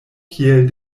kiel